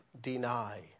deny